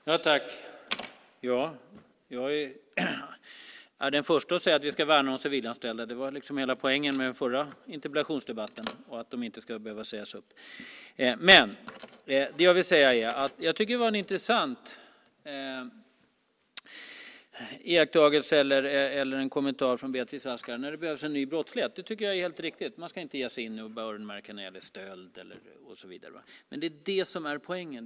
Fru talman! Jag är den förste att säga att vi ska värna de civilanställda och att de inte ska behöva sägas upp. Det var liksom hela poängen med den förra interpellationsdebatten. Jag tycker att det var en intressant kommentar från Beatrice Ask när det gäller ny brottslighet. Det tycker jag är helt riktigt. Man ska inte ge sig in och öronmärka när det gäller stöd och så vidare. Men det är det som är poängen.